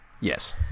Yes